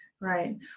Right